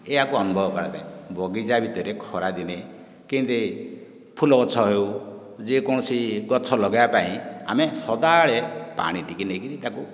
ଏହାକୁ ଅନୁଭବ କରିବା ପାଇଁ ବଗିଚା ଭିତରେ ଖରାଦିନେ କେମତି ଫୁଲଗଛ ହେଉ ଯେକୌଣସି ଗଛ ଲଗେଇବା ପାଇଁ ଆମେ ସଦାବେଳେ ପାଣି ଟିକିଏ ନେଇକରି ତାକୁ